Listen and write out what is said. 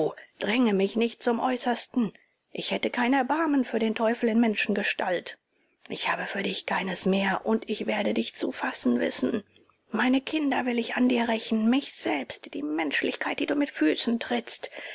dränge mich nicht zum äußersten ich hätte kein erbarmen für den teufel in menschengestalt ich habe für dich keines mehr und ich werde dich zu fassen wissen meine kinder will ich an dir rächen mich selbst die menschlichkeit die du mit füßen trittst